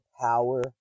Power